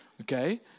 Okay